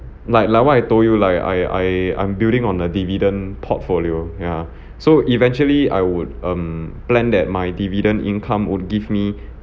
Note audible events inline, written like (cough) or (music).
like like what I told you like I I I'm building on a dividend portfolio yeah (breath) so eventually I would um plan that my dividend income would give me (breath)